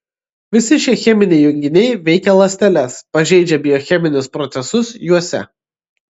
visi šie cheminiai junginiai veikia ląsteles pažeidžia biocheminius procesus juose